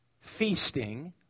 Feasting